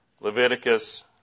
Leviticus